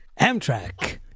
Amtrak